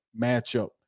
matchup